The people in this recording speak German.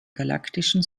galaktischen